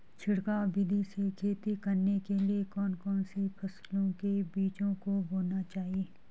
छिड़काव विधि से खेती करने के लिए कौन कौन सी फसलों के बीजों को बोना चाहिए?